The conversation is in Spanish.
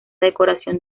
decoración